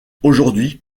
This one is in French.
aujourd’hui